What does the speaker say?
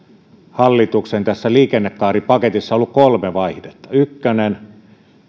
hallituksen tässä liikennekaaripaketissa on ollut kolme vaihdetta ykkönen